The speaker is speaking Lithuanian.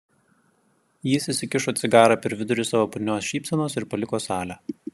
jis įsikišo cigarą per vidurį savo putnios šypsenos ir paliko salę